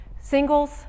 singles